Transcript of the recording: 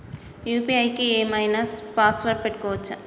UPI కి ఏం ఐనా పాస్వర్డ్ పెట్టుకోవచ్చా?